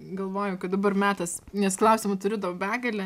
galvoju kad dabar metas nes klausimų turiu tau begalę